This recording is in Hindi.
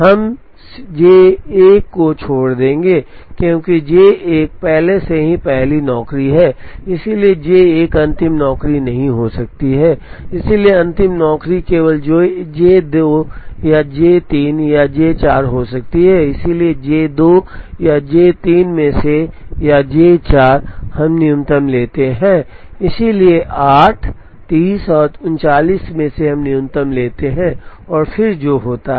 हम J 1 को छोड़ देंगे क्योंकि J 1 पहले से ही पहली नौकरी है इसलिए J 1 अंतिम नौकरी नहीं हो सकती है इसलिए अंतिम नौकरी केवल J 2 या J 3 या J 4 हो सकती है इसलिए J 2 या J 3 में से या J 4 हम न्यूनतम लेते हैं इसलिए 8 30 और 39 में से हम न्यूनतम लेते हैं जो फिर से होता है